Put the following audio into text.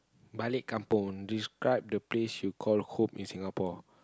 balik kampung describe the place you call home in Singapore